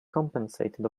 compensated